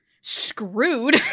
screwed